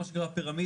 מה שנקרא הפירמידה,